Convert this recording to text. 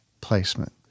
placement